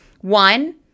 One